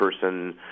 person